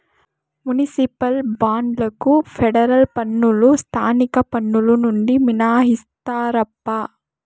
municipal బాండ్లకు federal పన్నులు స్థానిక పన్నులు నుండి మినహాయిస్తారప్పా